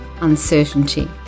uncertainty